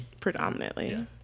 Predominantly